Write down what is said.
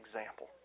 example